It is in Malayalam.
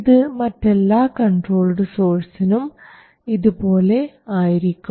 ഇത് മറ്റെല്ലാ കൺട്രോൾഡ് സോഴ്സ്സിനും ഇതുപോലെ ആയിരിക്കും